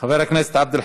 חבר הכנסת אמיר אוחנה.